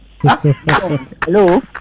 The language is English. Hello